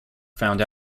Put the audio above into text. found